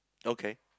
okay